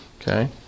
Okay